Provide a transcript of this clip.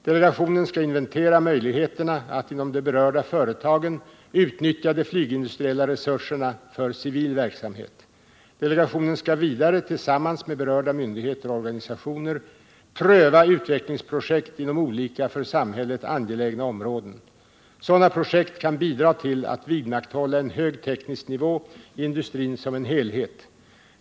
Delegationen skall inventera möjligheterna att inom de berörda företagen utnyttja de flygindustriella resurserna för civil verksamhet. Delegationen skall vidare tillsammans med berörda myndigheter och organisationer pröva utvecklingsprojekt inom olika för samhället angelägna områden. Sådana projekt kan bidra till att vidmakthålla en hög teknisk nivå i industrin som helhet.